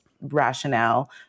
rationale